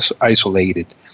isolated